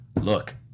look